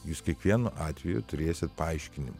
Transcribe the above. jūs kiekvienu atveju turėsit paaiškinimą